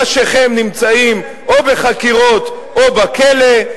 ראשיכם נמצאים או בחקירות או בכלא.